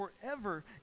forever